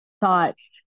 thoughts